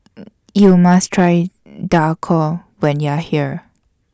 YOU must Try Dhokla when YOU Are here